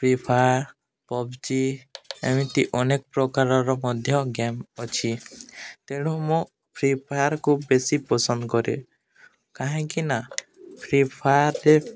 free Fire PUBG ଏମିତି ଅନେକ ପ୍ରକାରର ମଧ୍ୟ ଗେମ୍ ଅଛି ତେଣୁ ମୁଁ ଫ୍ରି ଫାୟାର୍କୁ ବେଶୀ ପସନ୍ଦ କରେ କାହିଁକି ନା ଫ୍ରି ଫାୟାର୍ରେ